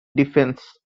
defense